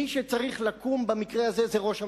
מי שצריך לקום במקרה הזה זה ראש הממשלה.